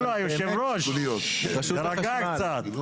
הלו, יושב הראש, תירגע קצת.